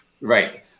right